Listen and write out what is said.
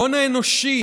ההון האנושי